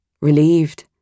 Relieved